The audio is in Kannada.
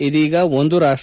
ಇದೀಗ ಒಂದು ರಾಷ್ಟ